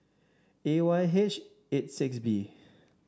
A Y H eight six B